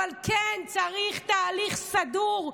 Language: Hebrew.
אבל כן צריך תהליך סדור,